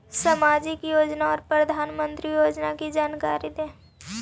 समाजिक योजना और प्रधानमंत्री योजना की जानकारी?